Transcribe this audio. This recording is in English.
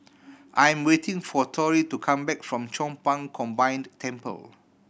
I'm waiting for Torrie to come back from Chong Pang Combined Temple